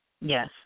Yes